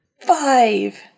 Five